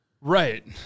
Right